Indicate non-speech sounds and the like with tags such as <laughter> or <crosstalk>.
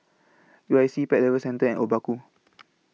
U I C Pet Lovers Centre and Obaku <noise>